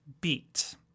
beat